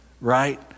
right